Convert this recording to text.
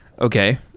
Okay